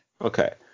Okay